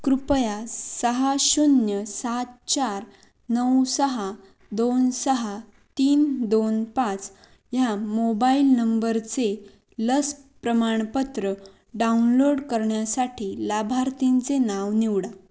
कृपया सहा शून्य सात चार नऊ सहा दोन सहा तीन दोन पाच ह्या मोबाईल नंबरचे लस प्रमाणपत्र डाउनलोड करण्यासाठी लाभार्थींचे नाव निवडा